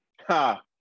Ha